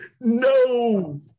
No